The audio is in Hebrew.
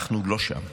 אנחנו לא שם.